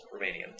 Romanian